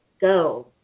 go